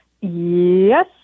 Yes